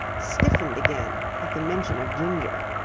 stiffened again at the mention of ginger.